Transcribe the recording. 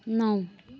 नौ